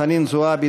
חנין זועבי,